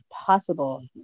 possible